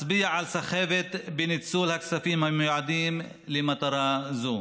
מצביעה על סחבת בניצול הכספים המיועדים למטרה זו.